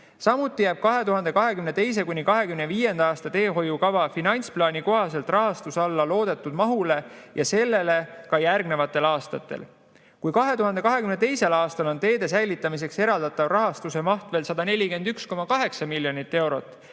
Samuti jääb 2022.–2025. aasta teehoiukava finantsplaani kohaselt rahastus alla loodetud mahule ja seda ka järgnevatel aastatel. Kui 2022. aastal on teede [taseme] säilitamiseks eraldatav rahastuse maht veel 141,8 miljonit eurot,